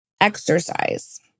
exercise